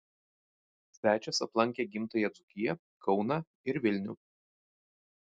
svečias aplankė gimtąją dzūkiją kauną ir vilnių